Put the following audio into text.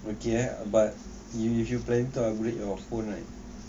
okay eh but if you plan to upgrade your phone right